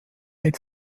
mit